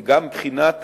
וגם מבחינת